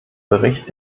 bericht